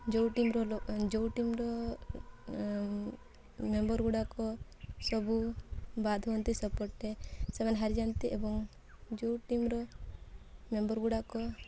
ଯେଉଁ ଟିମ୍ର ଯେଉଁ ଟିମ୍ର ମେମ୍ବର ଗୁଡ଼ାକ ସବୁ ବାଦ ହୁଅନ୍ତି ସେପଟେ ସେମାନେ ହାରି ଯାଆନ୍ତି ଏବଂ ଯେଉଁ ଟିମ୍ରୁ ମେମ୍ବର ଗୁଡ଼ାକ